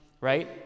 right